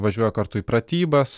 važiuoja kartu į pratybas